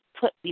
put